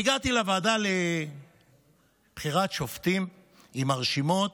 והגעתי לוועדה לבחירת שופטים עם הרשימות,